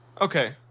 Okay